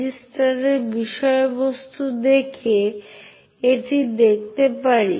একটি প্রধান সমস্যা হল যে রুট প্রায় সব কিছু করতে পারে তাই এটি ফাইলগুলি পড়তে এবং পরিবর্তন করতে বা তৈরি করতে পারে